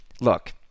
Look